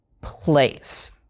place